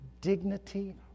Dignity